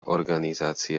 organizácia